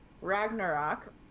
Ragnarok